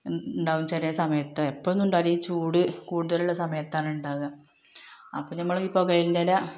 ഉണ്ടാവും ചില സമയത്ത് എപ്പോഴൊന്നും ഉണ്ടാവില്ല ഈ ചൂട് കൂടുതലുള്ള സമയത്താണ് ഉണ്ടാവുക അപ്പോൾ നമ്മൾ ഇ പുകയിൻ്റെ ഇല